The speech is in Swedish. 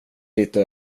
lite